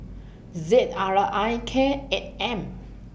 Z R I K eight M